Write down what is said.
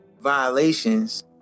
violations